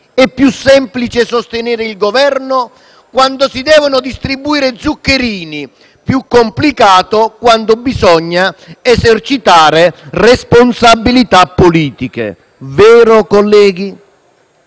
È più semplice sostenere il Governo quando si devono distribuire zuccherini, ma è più complicato quando bisogna esercitare responsabilità politiche: vero, colleghi?